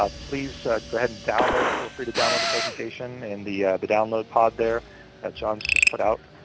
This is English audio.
ah please go ahead and download it. feel free to download the presentation in the the download pod there that john's just put out.